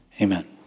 Amen